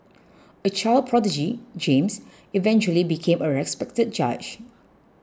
a child prodigy James eventually became a respected judge